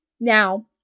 Now